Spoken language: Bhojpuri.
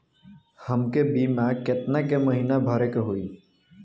हमके बीमा केतना के महीना भरे के होई?